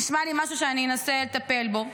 נשמע לי משהו שאני אנסה לטפל בו.